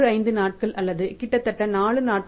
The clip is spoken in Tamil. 65 நாட்கள் அல்லது கிட்டத்தட்ட 4 நாட்கள்